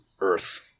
Earth